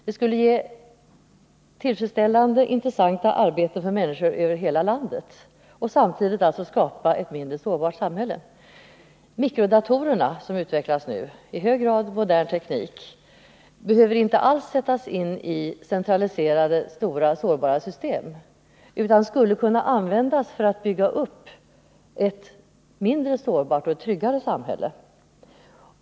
Det skulle ge tillfredsställande och intressanta arbeten för människor över hela landet och samtidigt skapa ett mindre sårbart samhälle. De mikrodatorer som nu utvecklas, med i hög grad modern teknik, behöver inte alls sättas in i stora centraliserade och sårbara system utan skulle kunna användas för att bygga upp ett mindre sårbart och tryggare samhälle.